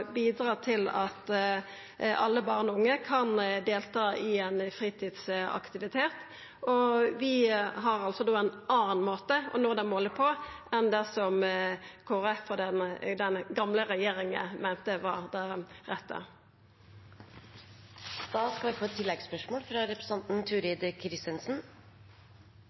bidra til at alle barn og unge kan delta i ein fritidsaktivitet. Vi har altså ein annan måte å nå det målet på enn det Kristeleg Folkeparti og den gamle regjeringa meinte var rett. Turid Kristensen